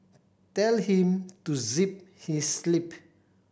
tell him to zip his lip